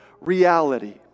reality